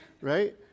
right